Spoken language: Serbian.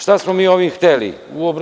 Šta smo mi ovim hteli?